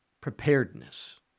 preparedness